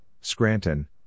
Scranton